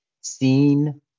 seen